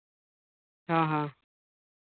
ᱦᱚᱸ ᱦᱚᱸ